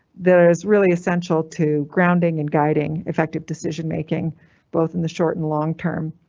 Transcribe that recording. there is really essential to grounding and guiding effective decision making both in the short and long term.